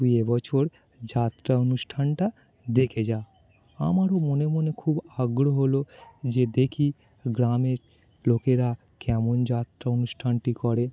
তুই এবছর যাত্রা অনুষ্ঠানটা দেখে যা আমারও মনে মনে খুব আগ্রহ হল যে দেখি গ্রামের লোকেরা কেমন যাত্রা অনুষ্ঠানটি করে